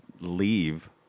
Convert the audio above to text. leave